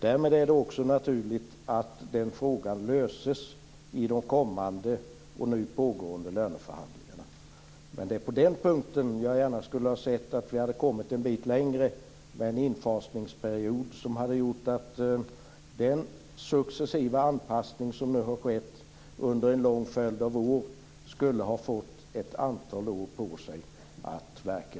Därmed är det också naturligt att frågan löses i de kommande och de nu pågående löneförhandlingarna. Det är på den punkten som jag gärna hade sett att vi hade kommit en bit längre med en infasningsperiod. Det hade gjort att den successiva anpassning som nu har skett under en lång följd av år skulle ha fått ett antal år på sig att verka.